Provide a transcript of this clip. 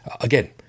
Again